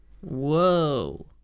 Whoa